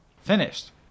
finished